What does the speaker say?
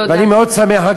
ואני מאוד שמח, תודה.